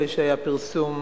אחרי שאכן היה פרסום